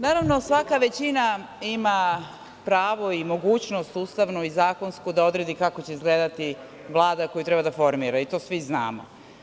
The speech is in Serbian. Naravno, svaka većina ima pravo i mogućnost ustavnu i zakonsku da odredi kako će izgledati vlada koju treba da formira i to svi znamo.